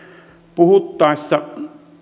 puhuttaessa